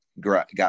got